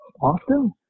often